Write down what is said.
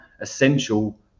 essential